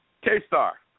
K-Star